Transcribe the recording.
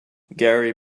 gary